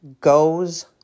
goes